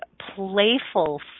playful